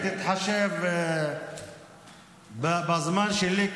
אני מבקש שתתחשב בזמן שלי,